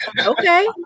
okay